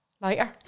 Lighter